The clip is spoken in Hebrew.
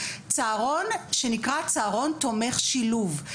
צהרון שנקרא צהרון תומך שילוב.